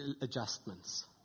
adjustments